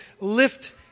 lift